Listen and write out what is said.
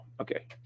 Okay